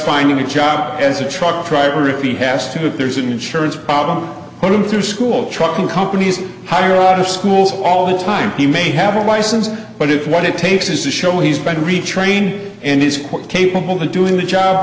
finding a job as a truck driver if he has to there's an insurance problem on him through school trucking companies hire out of schools all the time he may have a license but if what it takes is a show he's been to retrain and he's quite capable of doing the job